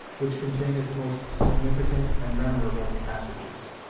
which contain its most significant and memorable passages